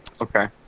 Okay